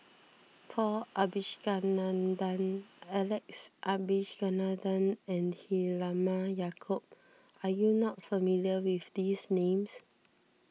Paul Abisheganaden Alex Abisheganaden and Halimah Yacob are you not familiar with these names